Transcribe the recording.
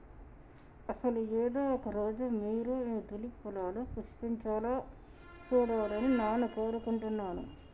అసలు ఏదో ఒక రోజు మీరు మీ తూలిప్ పొలాలు పుష్పించాలా సూడాలని నాను కోరుకుంటున్నాను